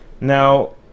now